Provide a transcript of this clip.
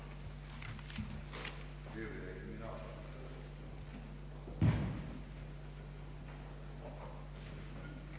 högskolans konsulentavdelning inrätta en tjänst som statskonsulent, högst Ae 28, för sektionen Teknik med uppgift att bevaka ämnet lantbrukets byggnadsteknik.